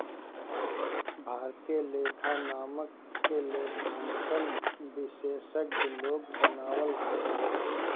भारतीय लेखा मानक के लेखांकन विशेषज्ञ लोग बनावत हवन